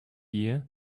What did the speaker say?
year